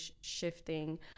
shifting